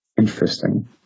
Interesting